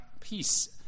peace